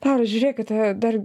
laura žiūrėkite dar